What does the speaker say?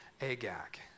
Agag